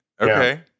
Okay